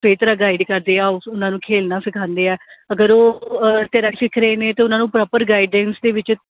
ਸਹੀ ਤਰ੍ਹਾਂ ਗਾਈਡ ਕਰਦੇ ਆ ਉਸ ਉਹਨਾਂ ਨੂੰ ਖੇਡਣਾ ਸਿਖਾਉਂਦੇ ਆ ਅਗਰ ਉਹ ਸਿੱਖ ਰਹੇ ਨੇ ਤਾਂ ਉਹਨਾਂ ਨੂੰ ਪ੍ਰੋਪਰ ਗਾਈਡੈਂਸ ਦੇ ਵਿੱਚ